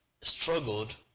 struggled